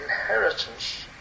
inheritance